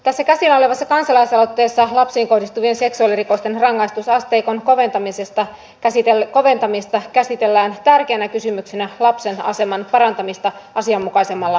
tässä käsillä olevassa kansalaisaloitteessa lapsiin kohdistuvien seksuaalirikosten rangaistusasteikon koventamisesta käsitellään tärkeänä kysymyksenä lapsen aseman parantamista asianmukaisemmilla rangaistuskäytännöillä